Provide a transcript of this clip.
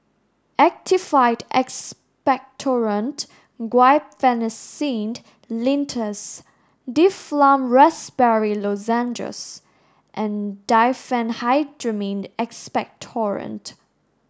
Actified Expectorant Guaiphenesin Linctus Difflam Raspberry Lozenges and Diphenhydramine Expectorant